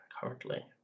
currently